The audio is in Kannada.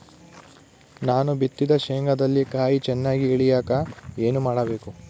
ನಾನು ಬಿತ್ತಿದ ಶೇಂಗಾದಲ್ಲಿ ಕಾಯಿ ಚನ್ನಾಗಿ ಇಳಿಯಕ ಏನು ಮಾಡಬೇಕು?